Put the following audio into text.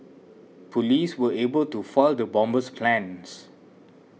police were able to foil the bomber's plans